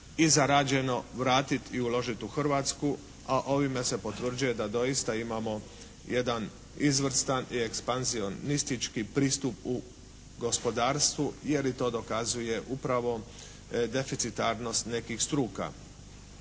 i zarađeno vratiti i uložiti u Hrvatsku. A ovime se potvrđuje da doista imamo jedan izvrstan i ekspanzionistički pristup u gospodarstvu jer i to dokazuje upravo deficitarnost nekih struka.